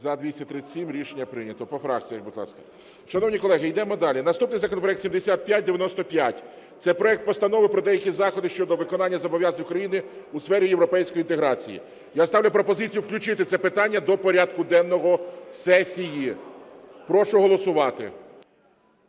За-237 Рішення прийнято. По фракціях, будь ласка. Шановні колеги, йдемо далі. Наступний законопроект 7595 – це проект Постанови про деякі заходи щодо виконання зобов’язань України у сфері європейської інтеграції. Я ставлю пропозицію включити це питання до порядку денного сесії. Прошу голосувати.